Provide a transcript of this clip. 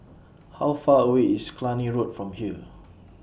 How Far away IS Cluny Road from here